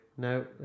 No